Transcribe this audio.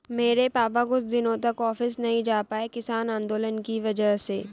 मेरे पापा कुछ दिनों तक ऑफिस नहीं जा पाए किसान आंदोलन की वजह से